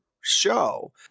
show